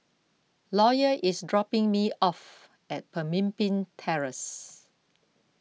lawyer is dropping me off at Pemimpin Terrace